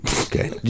Okay